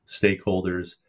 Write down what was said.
stakeholders